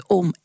om